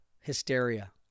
hysteria